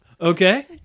Okay